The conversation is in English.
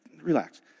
relax